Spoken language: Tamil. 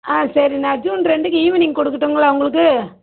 ஆ சரி நான் ஜூன் ரெண்டுக்கு ஈவினிங் கொடுக்குட்டுங்களா உங்களுக்கு